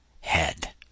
head